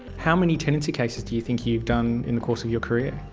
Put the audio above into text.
how many tenancy cases do you think you've done in the course of your career?